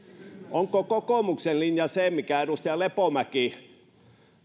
onko kokoomuksen linja se minkä edustaja lepomäki